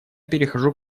перехожу